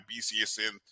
BCSN